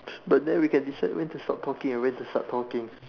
but then we can decide when to stop talking and when to start talking